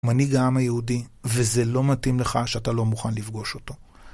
מנהיג העם היהודי, וזה לא מתאים לך שאתה לא מוכן לפגוש אותו.